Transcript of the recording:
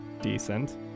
decent